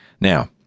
now